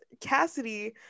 Cassidy